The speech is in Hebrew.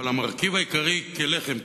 אבל המרכיב העיקרי כלחם,